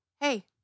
hey